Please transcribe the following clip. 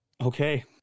Okay